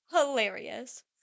hilarious